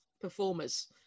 performers